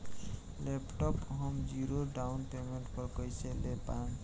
Laptop हम zero down payment पर कैसे ले पाएम?